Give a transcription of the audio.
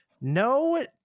No